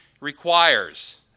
requires